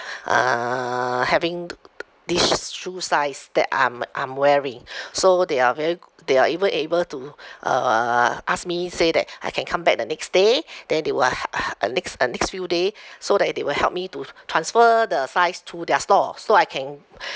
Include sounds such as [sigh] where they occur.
uh having [noise] this shoe size that I'm I'm wearing [breath] so they are very goo~ they are even able to uh ask me say that I can come back the next day then they will he~ he~ uh next uh next few day so that they will help me to transfer the size to their store so I can [breath]